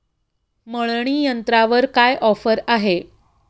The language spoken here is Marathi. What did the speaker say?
मळणी यंत्रावर काय ऑफर आहे?